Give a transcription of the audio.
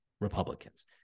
Republicans